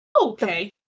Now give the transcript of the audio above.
Okay